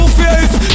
face